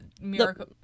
Miracle